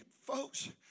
folks